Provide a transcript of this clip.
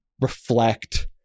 reflect